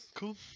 Cool